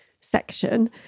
section